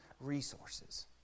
resources